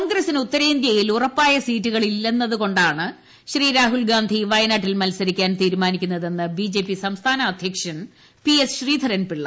കോൺഗ്രസ്സിന് ഉത്തരേന്ത്യയിൽ ഉറപ്പായ സീറ്റുകൾ ഇല്ലെന്നതുകൊ ണ്ടാണ് രാഹുൽ ഗാന്ധി വയനാട്ടിൽ മത്സരിക്കാൻ തീരുമാനിക്കുന്നതെന്ന് ബി ജെ പി സംസ്ഥാന അധ്യക്ഷൻ പി എസ് ശ്രീധരൻപിള്ള